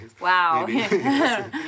wow